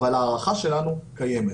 אבל ההערכה שלנו קיימת.